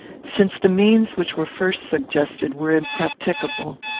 since the means which were first suggested were impracticable,